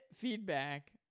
feedback